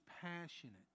passionate